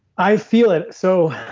i feel it. so